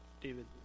David